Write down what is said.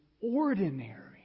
ordinary